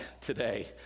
today